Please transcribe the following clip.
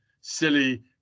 silly